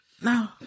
No